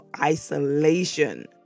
isolation